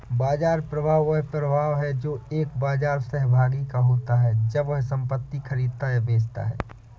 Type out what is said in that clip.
बाजार प्रभाव वह प्रभाव है जो एक बाजार सहभागी का होता है जब वह संपत्ति खरीदता या बेचता है